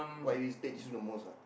what irritates you the most lah